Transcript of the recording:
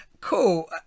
Cool